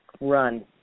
run